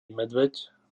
medveď